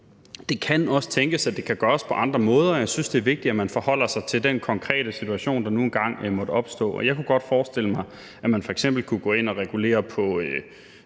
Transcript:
det kan også tænkes, at det kan gøres på andre måder, og jeg synes, det er vigtigt, at man forholder sig til den konkrete situation, der nu engang måtte opstå. Jeg kunne godt forestille mig, at man f.eks. kunne gå ind at regulere på